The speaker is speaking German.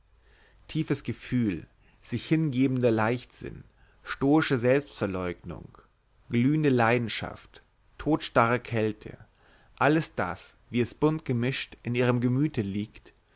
tiefes gefühl sich hingebender leichtsinn stoische selbstverleugnung glühende leidenschaft todstarre kälte alles das wie es bunt gemischt in ihrem gemüte liegt